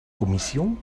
commission